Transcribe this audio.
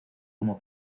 como